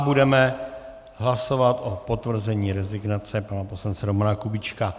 Budeme hlasovat o potvrzení rezignace pana poslance Romana Kubíčka.